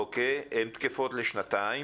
הן תקפות לשנתיים.